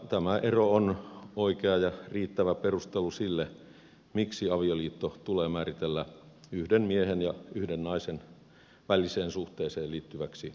tämä ero on oikea ja riittävä perustelu sille miksi avioliitto tulee määritellä yhden miehen ja yhden naisen väliseen suhteeseen liittyväksi sopimukseksi